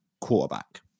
quarterback